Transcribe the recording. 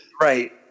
Right